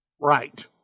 Right